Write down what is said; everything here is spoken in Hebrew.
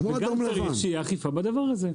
וצריך שתהיה גם אכיפה בדבר הזה.